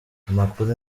amakuru